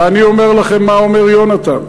ואני אומר לכם מה אומר יונתן,